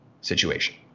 situation